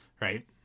right